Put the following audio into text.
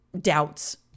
doubts